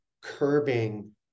curbing